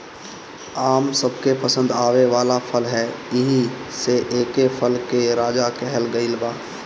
आम सबके पसंद आवे वाला फल ह एही से एके फल के राजा कहल गइल बा